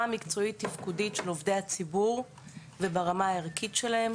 המקצועית-תפקודית של עובדי הציבור וברמה הערכית שלהם.